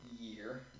year